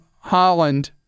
Holland